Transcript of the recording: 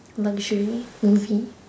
luxury movie